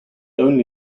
only